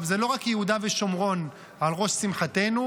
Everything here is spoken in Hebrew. לא רק יהודה ושומרון על ראש שמחתנו,